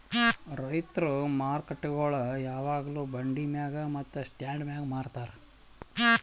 ರೈತುರ್ ಮಾರುಕಟ್ಟೆಗೊಳ್ ಯಾವಾಗ್ಲೂ ಬಂಡಿ ಮ್ಯಾಗ್ ಮತ್ತ ಸ್ಟಾಂಡ್ ಮ್ಯಾಗ್ ಮಾರತಾರ್